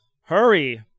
Hurry